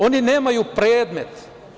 Oni nemaju predmet.